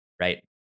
right